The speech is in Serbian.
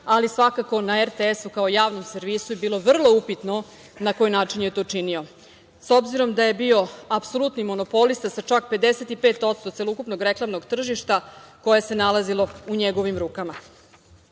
ali svakako na RTS-u kao javnom servisu je bilo vrlo upitno na koji način je to učinio, s obzirom da je bio apsolutni monopolista, sa čak 55% celoukupnog reklamnog tržišta koje se nalazilo u njegovim